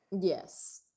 yes